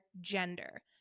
gender